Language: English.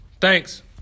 Thanks